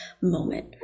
moment